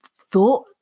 thought